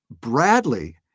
Bradley